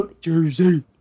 Jersey